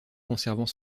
conservant